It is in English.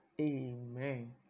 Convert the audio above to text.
Amen